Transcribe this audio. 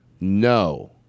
No